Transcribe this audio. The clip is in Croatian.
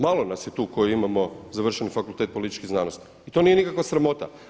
Malo nas je tu koji imamo završen fakultet političkih znanosti i to nije nikakva sramota.